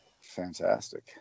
Fantastic